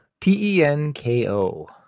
T-E-N-K-O